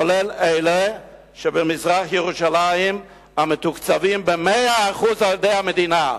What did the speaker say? כולל אלה שבמזרח-ירושלים המתוקצבים ב-100% על-ידי המדינה.